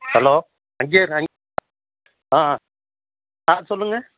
hello அங்கேயே இருடா அங் ஆ ஆ சொல்லுங்கள்